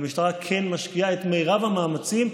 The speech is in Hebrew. והמשטרה כן משקיעה את מרב המאמצים,